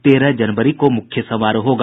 तेरह जनवरी को मुख्य समारोह होगा